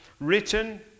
written